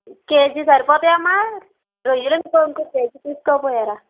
KG సరిపోతాయా అమ్మ రొయ్యలు ఇంకో కేజీ తీస్కోపోయారా